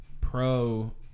pro